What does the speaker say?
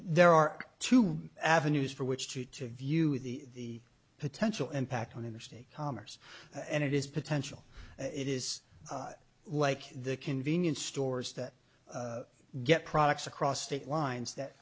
there are two avenues for which to to view the potential impact on interstate commerce and it is potential it is like the convenience stores that get products across state lines that